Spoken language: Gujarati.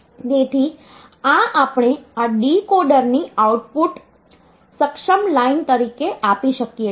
તેથી આ આપણે આ ડીકોડરની આઉટપુટ સક્ષમ લાઇન તરીકે આપી શકીએ છીએ